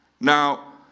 Now